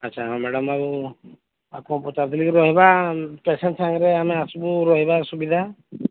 ଆଚ୍ଛା ହଉ ମାଡାମ୍ ଆଉ ଆଉ କ'ଣ ପଚାରୁଥିଲି ରହିବା ପେସେଣ୍ଟ ସାଙ୍ଗରେ ଆମେ ଆସିବୁ ରହିବା ସୁବିଧା